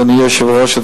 אדוני היושב-ראש,